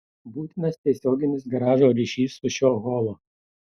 būtinas tiesioginis garažo ryšys su šiuo holu